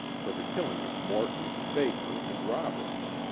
for the killing of morton, baker, and roberts.